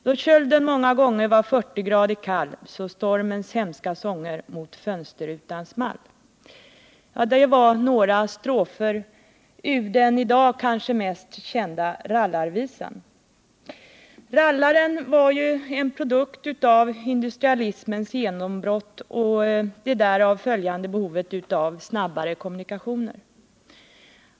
Då kölden många gånger var fyrti grader kall, så stormens hemska sånger mot fönsterrutan small.” Det var ett par strofer ur den i dag kanske mest kända rallarvisan. Rallaren var en produkt av industrialismens genombrott och det därav följande behovet av snabbare kommunikationer men också av landsbygdens överbefolkning.